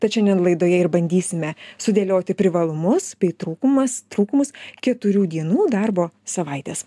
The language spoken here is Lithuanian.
tad šiandien laidoje ir bandysime sudėlioti privalumus bei trūkumas trūkumus keturių dienų darbo savaitės